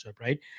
right